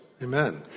Amen